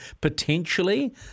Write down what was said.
potentially